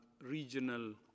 regional